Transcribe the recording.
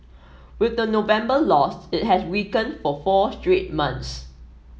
with the November loss it has weakened for four straight months